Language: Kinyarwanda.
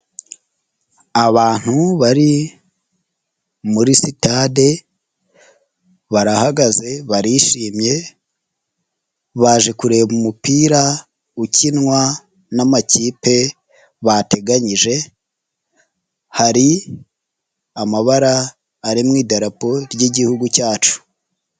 Abantu bari muri sitade barahagaze barishimye baje kureba umupira ukinwa n'amakipe bateganyije, hari amabara ari mu idarapo ry'igihugu cyacu.